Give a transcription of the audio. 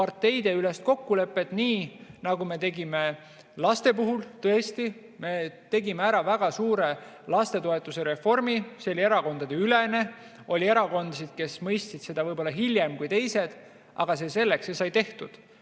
parteideülest kokkulepet nii, nagu me tegime laste puhul. Tõesti, me tegime ära väga suure lastetoetuse reformi, see oli erakondadeülene. Oli erakondasid, kes mõistsid seda võib-olla hiljem kui teised, aga see selleks, see sai tehtud.